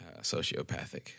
sociopathic